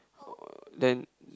uh then